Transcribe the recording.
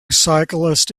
cyclists